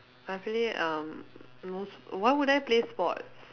I play um most why would I play sports